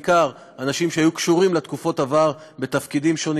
בעיקר אנשים שהיו קשורים לתקופות עבר בתפקידים שונים,